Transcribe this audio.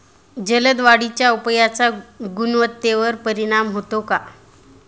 जलद वाढीच्या उपायाचा गुणवत्तेवर परिणाम होतो का?